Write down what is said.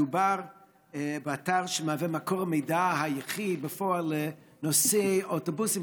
מדובר באתר שמהווה מקור המידע היחיד בפועל לנוסעי אוטובוסים,